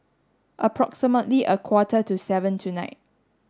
approximately a quarter to seven tonight